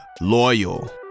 Loyal